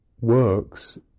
works